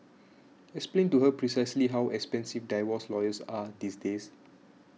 explain to her precisely how expensive divorce lawyers are these days